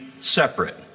separate